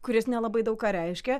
kuris nelabai daug ką reiškia